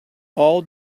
all